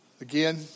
Again